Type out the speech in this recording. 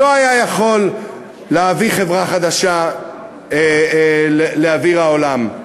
לא היה יכול להביא חברה חדשה לאוויר העולם,